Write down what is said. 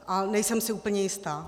Ale nejsem si úplně jistá.